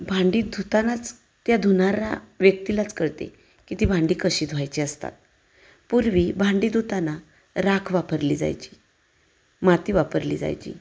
भांडी धुतानाच त्या धुणाऱ्या व्यक्तीलाच कळते की ती भांडी कशी धुवायची असतात पूर्वी भांडी धुताना राख वापरली जायची माती वापरली जायची